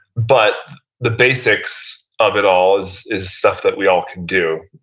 but the basics of it all is is stuff that we all can do,